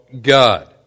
God